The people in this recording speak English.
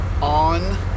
on